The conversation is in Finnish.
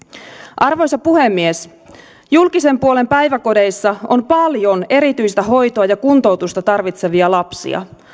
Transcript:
arvoisa puhemies julkisen puolen päiväkodeissa on paljon erityistä hoitoa ja kuntoutusta tarvitsevia lapsia